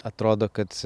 atrodo kad